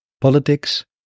politics